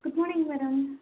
good morning madam